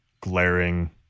glaring